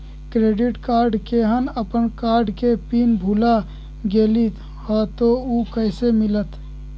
Credit card केहन अपन card के पिन भुला गेलि ह त उ कईसे मिलत?